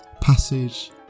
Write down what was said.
Passage